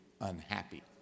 unhappy